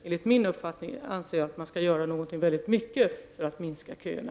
Enligt min uppfattning bör man göra mycket för att minska köerna.